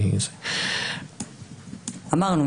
אמרנו,